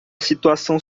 situação